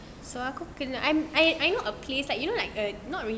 so aku kena I'm I I know a place you know like a not really